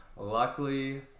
Luckily